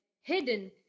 hidden